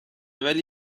ولی